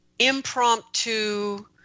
impromptu